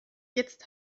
jetzt